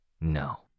No